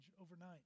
overnight